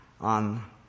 on